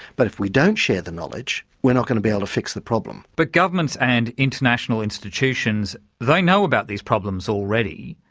but if we don't share the knowledge, we're not going to be able to fix the problem but governments and international institutions, they know about these problems already.